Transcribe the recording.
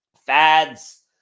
fads